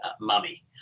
mummy